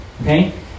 okay